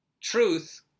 truth